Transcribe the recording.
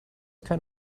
kind